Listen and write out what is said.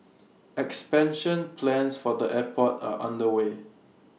expansion plans for the airport are underway